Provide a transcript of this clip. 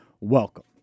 welcome